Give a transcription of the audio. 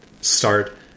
start